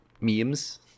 memes